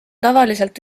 tavaliselt